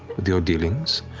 with your dealings,